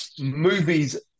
movies